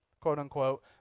quote-unquote